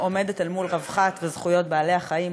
עומדת אל מול רווחת וזכויות בעלי-החיים,